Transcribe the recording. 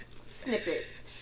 snippets